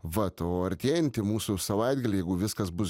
vat o artėjantį mūsų savaitgalį jeigu viskas bus